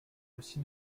aussi